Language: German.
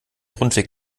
rundweg